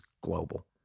global